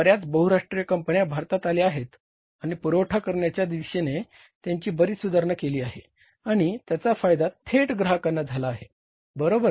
बर्याच बहुराष्ट्रीय कंपन्या भारतात आल्या आहेत आणि पुरवठा करण्याच्या दिशेने त्यांनी बरीच सुधारणा केली आहे आणि त्याचा फायदा थेट ग्राहकांना झाला आहे बरोबर